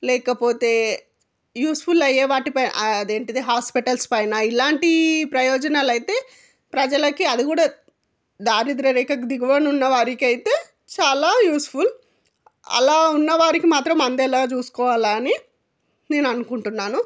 లేకపోతే యూజ్ఫుల్ అయ్యే వాటిపై అదేంటిది హాస్పిటల్స్ పైన ఇలాంటి ప్రయోజనలయితే ప్రజలకి అది కూడా దారిద్రరేఖకు దిగువన ఉన్నవారిికైతే చాలా యూజ్ఫుల్ అలా ఉన్నవారికి మాత్రం అందేలా చూసుకోవాలి అని నేను అనుకుంటున్నాను